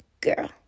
girl